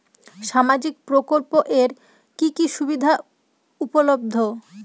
সামাজিক প্রকল্প এর কি কি সুবিধা উপলব্ধ?